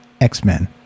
X-Men